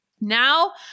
Now